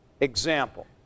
Example